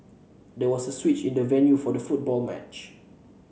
there was a switch in the venue for the football match